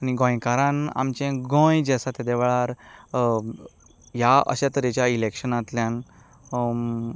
गोंयकारान आमचें गोंय जें आसा तेदे वेळार ह्या अशे तरेच्या इलेक्शनांतल्यान